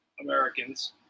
Americans